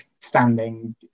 standing